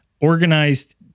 organized